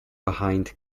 behind